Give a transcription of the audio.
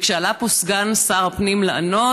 וכשעלה פה סגן שר הפנים לענות,